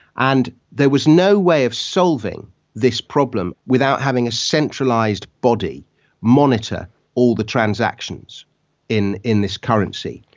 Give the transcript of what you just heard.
and there was no way of solving this problem without having a centralised body monitor all the transactions in in this currency.